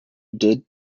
did